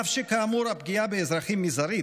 אף שכאמור הפגיעה באזרחים מזערית,